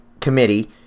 Committee